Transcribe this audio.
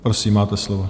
Prosím, máte slovo.